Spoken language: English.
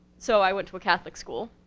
so i went to a catholic school,